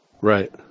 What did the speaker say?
Right